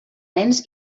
nens